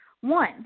one –